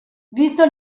visto